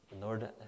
Lord